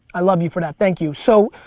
i love you for that, thank you. so,